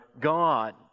god